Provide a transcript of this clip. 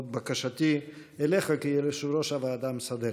זאת בקשתי אליך כיושב-ראש הוועדה המסדרת.